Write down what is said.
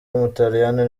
w’umutaliyani